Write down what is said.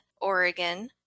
Oregon